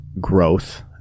growth